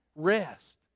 rest